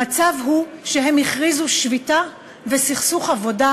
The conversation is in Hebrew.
המצב הוא שהם הכריזו שביתה וסכסוך עבודה,